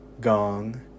gong